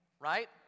right